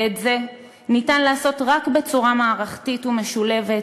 ואת זה ניתן לעשות רק בצורה מערכתית ומשולבת,